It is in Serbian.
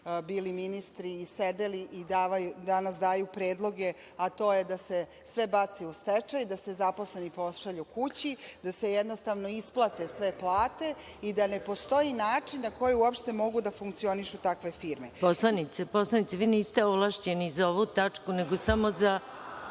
bili ministri i sedeli i danas daju predloge, a to je da se sve baci u stečaj, da se zaposleni pošalju kući, da se jednostavno isplate sve plate i da ne postoji način na koji uopšte mogu da funkcionišu takve firme. **Maja Gojković** Poslanice, vi niste ovlašćeni za ovu tačku, nego samo za…